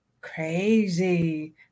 Crazy